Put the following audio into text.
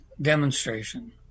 demonstration